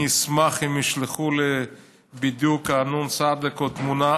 אני אשמח אם ישלחו לי בדיוק נ"צ או תמונה.